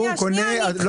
קונה --- שנייה.